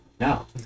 No